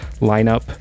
lineup